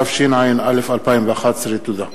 התשע"א 2011. תודה.